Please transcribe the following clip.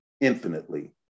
infinitely